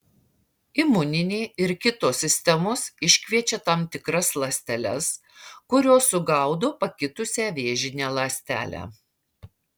imuninė ir kitos sistemos iškviečia tam tikras ląsteles kurios sugaudo pakitusią vėžinę ląstelę